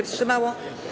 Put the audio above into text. wstrzymało.